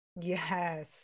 Yes